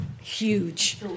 huge